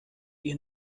ihr